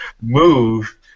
move